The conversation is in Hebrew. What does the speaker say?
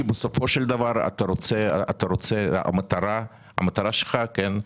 כי בסופו של דבר אתה רוצה, המטרה שלך, כן?